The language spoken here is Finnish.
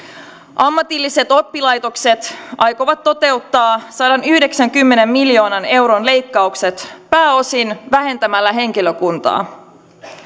ammatilliset oppilaitokset aikovat toteuttaa sadanyhdeksänkymmenen miljoonan euron leikkaukset pääosin vähentämällä henkilökuntaa